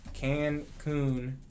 Cancun